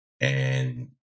and-